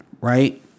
right